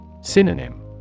Synonym